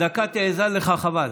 הדקה תאזל לך, חבל.